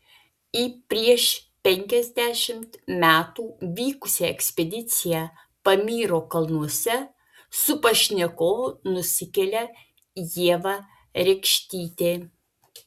į prieš penkiasdešimt metų vykusią ekspediciją pamyro kalnuose su pašnekovu nusikelia ieva rekštytė